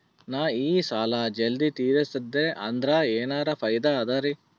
ನಾ ಈ ಸಾಲಾ ಜಲ್ದಿ ತಿರಸ್ದೆ ಅಂದ್ರ ಎನರ ಫಾಯಿದಾ ಅದರಿ?